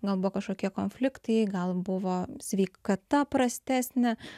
gal buvo kažkokie konfliktai gal buvo sveikata prastesnė